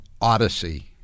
Odyssey